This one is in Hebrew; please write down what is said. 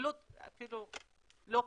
לא חולים,